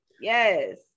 Yes